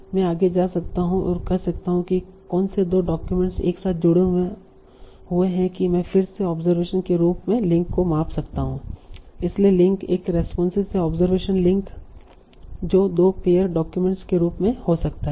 मैं आगे जा सकता हूं और कह सकता हूं कि कौन से दो डाक्यूमेंट्स एक साथ जुड़े हैं कि मैं फिर से ऑब्जरवेशन के रूप में लिंक को माप सकता हूं इसलिए लिंक एक रेस्पोंस या ऑब्जरवेशन लिंक जो दो पेअर डाक्यूमेंट्स के रूप में हो सकता है